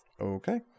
Okay